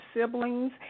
siblings